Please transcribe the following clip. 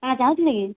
କାଣା ଚାହୁଁଥିଲେ କି